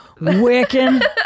Wiccan